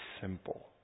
simple